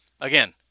again